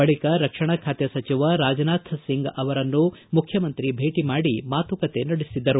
ಬಳಿಕ ರಕ್ಷಣಾ ಖಾತೆ ಸಚಿವ ರಾಜನಾಥ ಸಿಂಗ್ ಅವರನ್ನು ಮುಖ್ಯಮಂತ್ರಿ ಭೇಟಿ ಮಾಡಿ ಮಾತುಕತೆ ನಡೆಸಿದರು